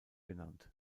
genannt